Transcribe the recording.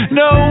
no